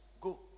Go